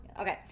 Okay